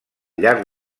llarg